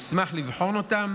נשמח לבחון אותן